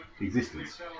existence